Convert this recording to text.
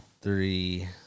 three